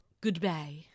Goodbye